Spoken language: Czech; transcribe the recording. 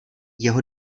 jeho